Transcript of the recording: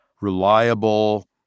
reliable